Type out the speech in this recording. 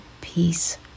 Peace